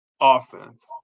offense